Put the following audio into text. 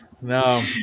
No